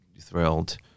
thrilled